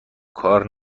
کار